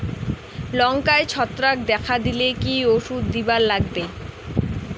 লঙ্কায় ছত্রাক দেখা দিলে কি ওষুধ দিবার লাগবে?